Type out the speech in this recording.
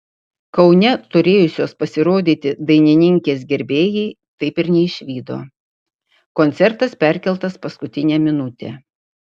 kaune turėjusios pasirodyti dainininkės gerbėjai taip ir neišvydo koncertas perkeltas paskutinę minutę